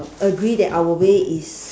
agree that our way is